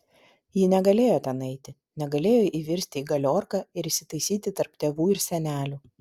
ji negalėjo ten eiti negalėjo įvirsti į galiorką ir įsitaisyti tarp tėvų ir senelių